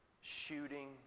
shooting